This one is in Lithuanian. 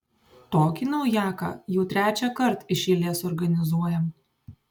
tokį naujaką jau trečiąkart iš eilės organizuojam